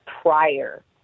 prior